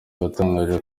watangaje